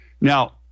Now